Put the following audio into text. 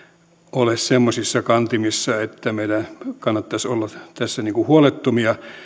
ole semmoisissa kantimissa että meidän kannattaisi olla tässä huolettomia